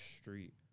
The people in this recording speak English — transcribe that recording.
street